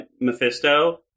Mephisto